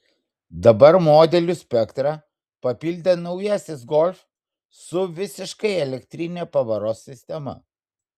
dabar modelių spektrą papildė naujasis golf su visiškai elektrine pavaros sistema